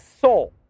soul